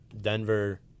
Denver